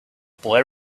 boy